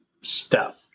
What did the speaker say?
step